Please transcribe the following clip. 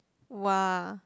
!wah!